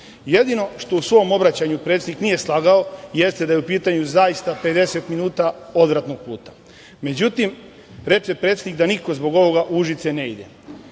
Jedino što u svom obraćanju predsednik nije slagao jeste da je u pitanju zaista 50 minuta odvratnog puta. Međutim reče predsednik da niko zbog ovog u Užice ne ide.